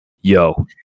yo